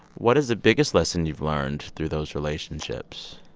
what is the biggest lesson you've learned through those relationships?